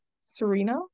Serena